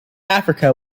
africa